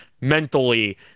mentally